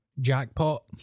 jackpot